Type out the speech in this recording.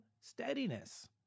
steadiness